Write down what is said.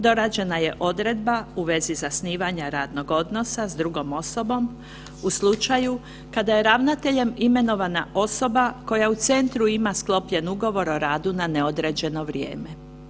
Dorađena je odredba u vezi zasnivanja radnog odnosa s drugom osobom u slučaju kada je ravnateljem imenovana osoba koja u Centru ima sklopljen ugovor o radu na neodređeno vrijeme.